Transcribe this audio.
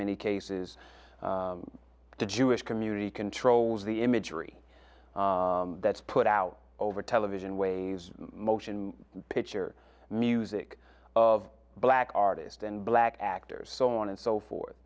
many cases the jewish community controls the imagery that's put out over television ways motion picture music of black artist and black actors so on and so forth